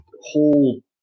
whole